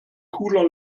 cooler